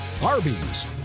Arby's